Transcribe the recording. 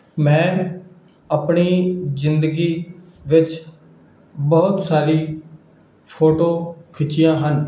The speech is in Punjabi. ਮੈਂ ਆਪਣੀ ਜਿੰਦਗੀ ਵਿੱਚ ਬਹੁਤ ਸਾਰੀ ਫੋਟੋ ਖਿੱਚੀਆਂ ਹਨ